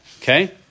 Okay